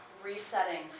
resetting